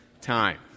time